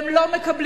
והם לא מקבלים,